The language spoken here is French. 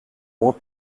moins